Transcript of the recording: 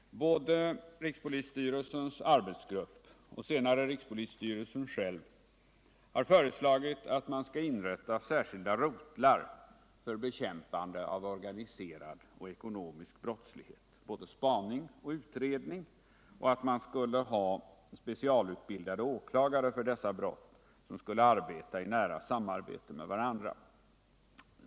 Både rikspolisstyrelsens arbetsgrupp och senare rikspolisstyrelsen själv har föreslagit att man skall inrätta särskilda rotlar för bekämpande av organiserad och ekonomisk brottslighet, både spaning och utredning, och att man skulle ha specialutbildade åklagare för dessa brott, som skulle verka i nära samarbete med varandra.